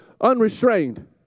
unrestrained